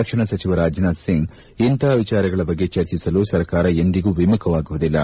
ರಕ್ಷಣಾ ಸಚಿವ ರಾಜನಾಥ ಸಿಂಗ್ ಇಂಥ ವಿಚಾರಗಳ ಬಗ್ಗೆ ಚರ್ಚಿಸಲು ಸರ್ಕಾರ ಎಂದಿಗೂ ವಿಮುಖವಾಗುವುದಿಲ್ಲ